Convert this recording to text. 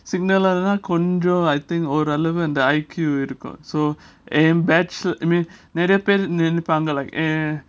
signal தான் கொஞ்சம்:than konjam control I think all relevant the I_Q இருக்கும்:irukum so eh batch நிறைய பேரு நினைப்பாங்க:neraya peru nenaipanga eh